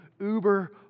uber